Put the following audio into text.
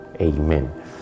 Amen